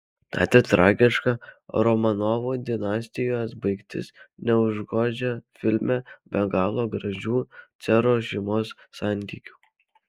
net ir tragiška romanovų dinastijos baigtis neužgožia filme be galo gražių caro šeimos santykių